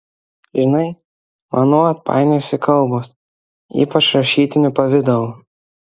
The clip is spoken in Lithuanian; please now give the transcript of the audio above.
žinai man nuolat painiojasi kalbos ypač rašytiniu pavidalu